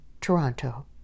Toronto